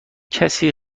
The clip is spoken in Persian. کسی